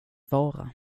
vara